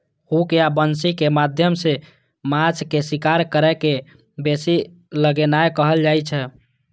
hook या बंसी के माध्यम सं माछ के शिकार करै के बंसी लगेनाय कहल जाइ छै